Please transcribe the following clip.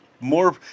more